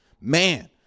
Man